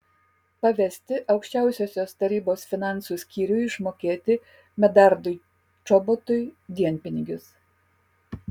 pavesti aukščiausiosios tarybos finansų skyriui išmokėti medardui čobotui dienpinigius